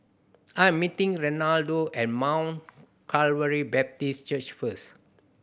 I am meeting Renaldo at Mount Calvary Baptist Church first